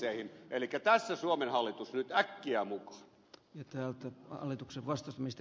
elikkä tässä suomen hallitus nyt äkkiä mukaan